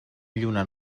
lluna